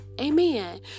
Amen